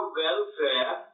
welfare